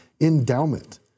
endowment